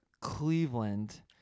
Cleveland